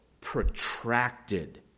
protracted